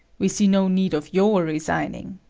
we see no need of your resigning.